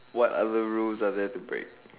what are other rules are there to break